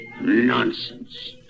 Nonsense